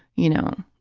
you know,